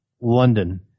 London